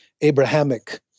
Abrahamic